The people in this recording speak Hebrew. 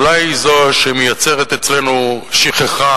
אולי היא זו שמייצרת אצלנו שכחה